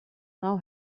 now